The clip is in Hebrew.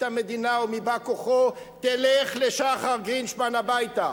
המדינה ומבא-כוחו: תלך לשחר גרינשפן הביתה,